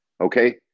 Okay